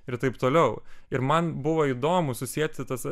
ir taip toliau ir man buvo įdomu susieti tas